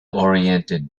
oriented